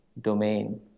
domain